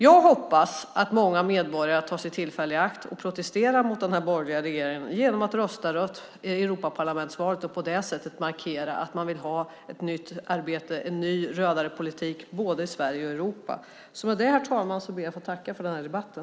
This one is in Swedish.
Jag hoppas att många medborgare tar tillfället i akt och protesterar mot den borgerliga regeringen genom att rösta rött i Europaparlamentsvalet och på det sättet markera att man vill ha ett nytt arbetssätt och en ny rödare politik både i Sverige och i Europa. Med det, herr talman, ber jag att få tacka för debatten.